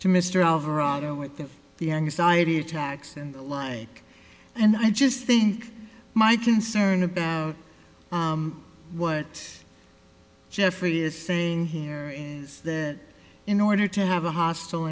to mr alvarado with the anxiety attacks and the like and i just think my concern about what jeffrey is saying here is that in order to have a hostile